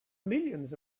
millions